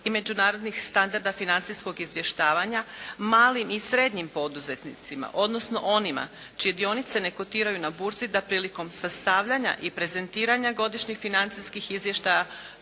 i međunarodnih standarda financijskog izvještavanja malim i srednjim poduzetnicima, odnosno onima čije dionice ne kotiraju na burzi da prilikom sastavljanja i prezentiranja godišnjih financijskih izvještaja